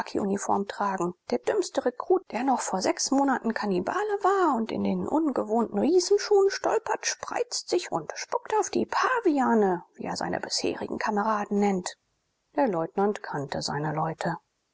khakiuniform tragen der dümmste rekrut der noch vor sechs monaten kannibale war und in den ungewohnten riesenschuhen stolpert spreizt sich und spuckt auf die paviane wie er seine bisherigen kameraden nennt der leutnant kannte seine leute